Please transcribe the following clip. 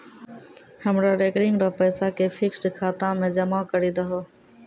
हमरो रेकरिंग रो पैसा के फिक्स्ड खाता मे जमा करी दहो